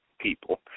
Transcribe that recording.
people